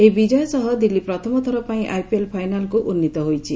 ଏହି ବିଜୟ ସହ ଦିଲ୍ଲୀ ପ୍ରଥମଥର ପାଇଁ ଆଇପିଏଲ୍ ଫାଇନାଲ୍କୁ ଉନ୍ନିତ ହୋଇଛି